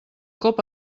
cop